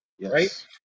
right